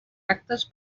actes